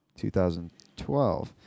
2012